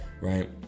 right